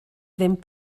ddim